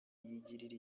yigirira